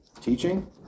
teaching